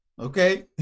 Okay